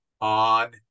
on